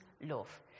love